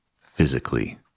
physically